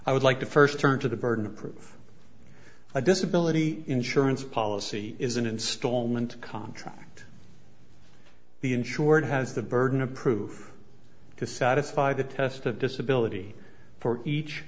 i would like to first turn to the burden of proof a disability insurance policy is an installment contract the insured has the burden of proof to satisfy the test of disability for each